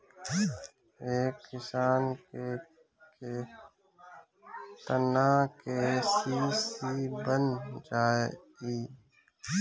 एक किसान के केतना के.सी.सी बन जाइ?